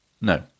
No